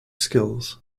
skills